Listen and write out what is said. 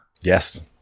yes